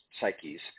psyches